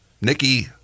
Nikki